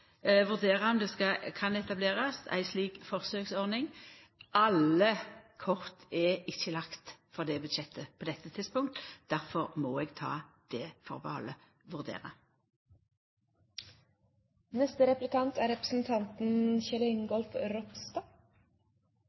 om det kan etablerast ei slik forsøksordning. Alle kort er ikkje lagde for det budsjettet på dette tidspunkt, difor må eg ta det